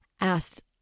asked